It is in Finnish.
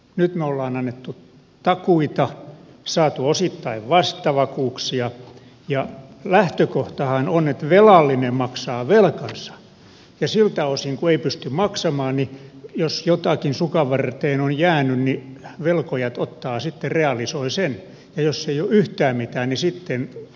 nyt me olemme antaneet takuita saaneet osittain vastavakuuksia ja lähtökohtahan on että velallinen maksaa velkansa ja siltä osin kuin ei pysty maksamaan niin jos jotakin sukanvarteen on jäänyt velkojat ottavat sitten ja realisoivat sen ja jos ei ole yhtään mitään niin sitten laukeaa sataprosenttisesti takaajille